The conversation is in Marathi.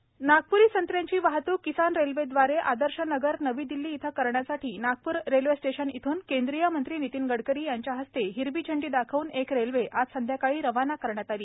किसान रेल्वे नागप्री संत्र्यांची वाहतूक किसान रेल्वे द्वारे आदर्श नगर नवी दिल्ली येथे करण्यासाठी नागपूर रेल्वे स्टेशन येथून केंद्रीय मंत्री नितिन गडकरी यांच्या हस्ते हिरवी झेंडी दाखवून एक रेल्वे आज संध्याकाळी रवाना करण्यात आली